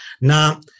Now